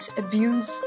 abuse